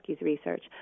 research